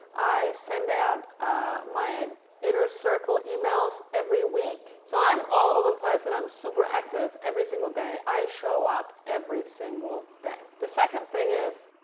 i sent out my inner circle emails every week. so i'm all over the place and i'm super active every single day. i show up every single day. the second thing is